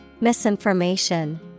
Misinformation